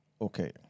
Okay